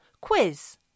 quiz